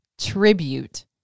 tribute